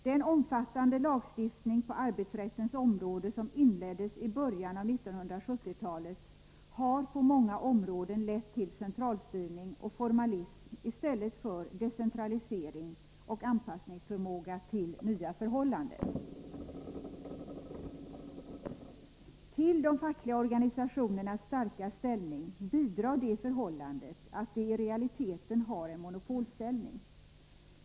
Den omfattande lagstiftning på arbetsrättens område som inleddes i början av 1970-talet har på många områden lett till centralstyrning och formalism i stället för decentralisering och förmåga att anpassa sig till nya förhållanden. Till de fackliga organisationernas starka ställning bidrar det förhållandet att de i realiteten har en monopolställning.